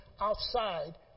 outside